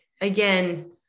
again